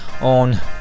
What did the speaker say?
on